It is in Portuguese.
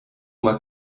uma